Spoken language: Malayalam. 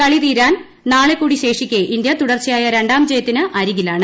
കളി തീര്ാുൻ നാളെ കൂടി ശേഷിക്കേ ഇന്ത്യ തുടർച്ചയായ രണ്ടാം ജയ്ത്തിന് അരികിലാണ്